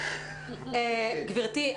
גברתי,